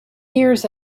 years